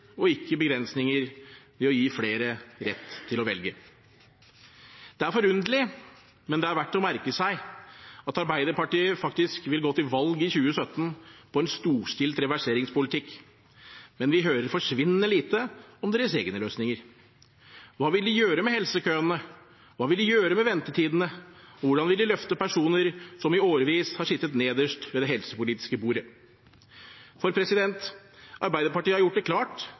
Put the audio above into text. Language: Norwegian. og ikke begrensninger, ved å gi flere rett til å velge. Det er forunderlig, men det er verdt å merke seg at Arbeiderpartiet vil gå til valg i 2017 på en storstilt reverseringspolitikk – men vi hører forsvinnende lite om deres egne løsninger. Hva vil de gjøre med helsekøene? Hva vil de gjøre med ventetidene? Hvordan vil de løfte personer som i årevis har sittet nederst ved det helsepolitiske bordet? Arbeiderpartiet har gjort det klart